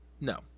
No